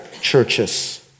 churches